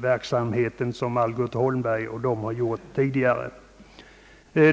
verksamhet som denna firma gjort tidigare.